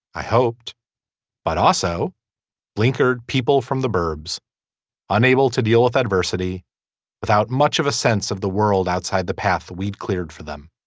i hoped but also blinkered people from the burbs unable to deal with adversity without much of a sense of the world outside the path we'd cleared for them.